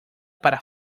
para